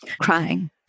crying